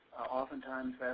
oftentimes,